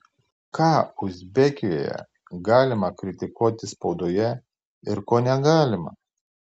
ką uzbekijoje galima kritikuoti spaudoje ir ko negalima